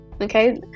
okay